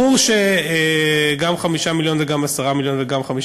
ברור שגם 5 מיליון וגם 10 מיליון וגם 15